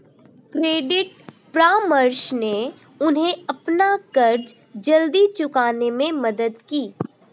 credit परामर्श ने उन्हें अपना कर्ज जल्दी चुकाने में मदद की